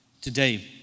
today